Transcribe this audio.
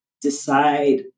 decide